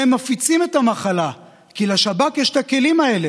שמפיצים את המחלה, כי לשב"כ יש הכלים האלה.